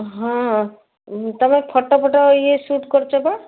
ହଁ ତମେ ଫଟୋ ଫଟ ଇଏ ସୁଟ୍ କରୁଛ ପା